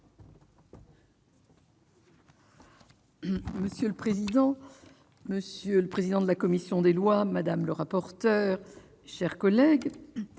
monsieur le président, monsieur le président de la commission des lois, madame le rapporteur, chers collègues,